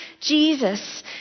Jesus